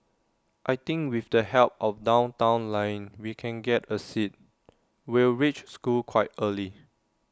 I think with the help of downtown line we can get A seat we'll reach school quite early